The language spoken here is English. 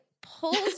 pulls